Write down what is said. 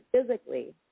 physically